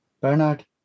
Bernard